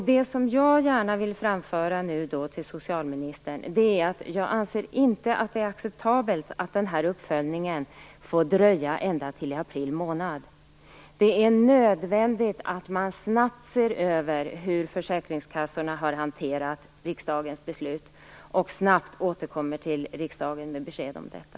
Det som jag gärna vill framföra till socialministern är att jag inte anser att det är acceptabelt att uppföljningen får dröja ända till april. Det är nödvändigt att snabbt se över hur försäkringskassorna har hanterat riksdagens beslut och snabbt återkomma till riksdagen med besked om detta.